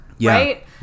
Right